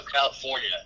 California